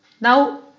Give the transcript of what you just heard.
Now